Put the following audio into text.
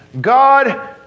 God